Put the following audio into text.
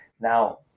Now